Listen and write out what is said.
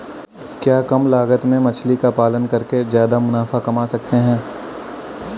क्या कम लागत में मछली का पालन करके ज्यादा मुनाफा कमा सकते हैं?